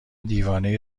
دیوانه